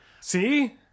See